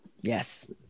Yes